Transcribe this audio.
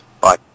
Bye